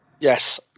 Yes